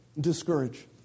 discourage